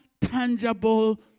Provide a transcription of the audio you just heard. tangible